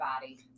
body